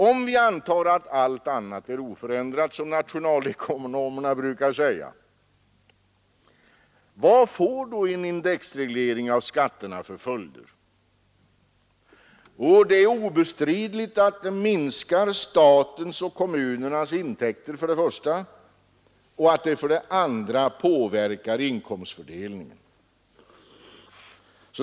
Om vi antar att allt annat är oförändrat — som nationalekonomerna brukar säga — vad får då en indexreglering av skatterna för följder? Det är obestridligt att den för det första minskar statens och kommunernas intäkter och att den för det andra påverkar inkomstfördelningen.